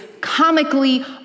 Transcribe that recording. comically